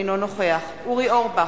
אינו נוכח אורי אורבך,